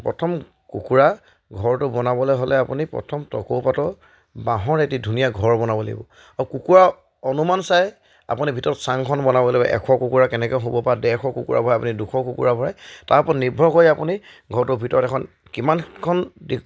প্ৰথম কুকুৰা ঘৰটো বনাবলৈ হ'লে আপুনি প্ৰথম টকৌপাতৰ বাঁহৰ এটি ধুনীয়া ঘৰ বনাব লাগিব আৰু কুকুৰা অনুমান চাই আপুনি ভিতৰত চাংখন বনাব লাগিব এশ কুকুৰা কেনেকৈ হ'ব বা ডেৰশ কুকুৰা ভৰাই আপুনি দুশ কুকুৰা ভৰাই তাৰ ওপৰত নিৰ্ভৰ কৰি আপুনি ঘৰটোৰ ভিতৰত এখন কিমানখন দি